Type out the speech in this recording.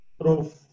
proof